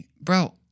bro